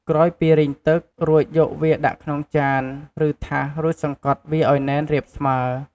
ក្រោយពីរីងទឹក រួចយកវាដាក់ក្នុងចាន ឬថាសរួចសង្កត់វាឱ្យណែនរាបស្មើរ។